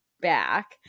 back